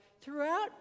throughout